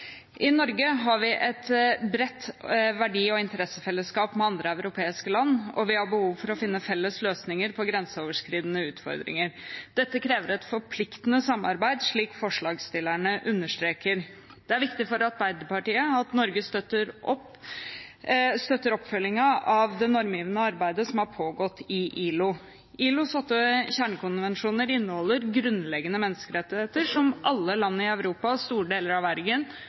I Norge har vi et bredt verdi- og interessefellesskap med andre europeiske land, og vi har behov for å finne felles løsninger på grenseoverskridende utfordringer. Dette krever et forpliktende samarbeid, slik forslagsstillerne understreker. Det er viktig for Arbeiderpartiet at Norge støtter oppfølgingen av det normgivende arbeidet som har pågått i ILO. ILOs åtte kjernekonvensjoner inneholder grunnleggende menneskerettigheter, som alle land i Europa og store deler av verden